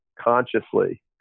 consciously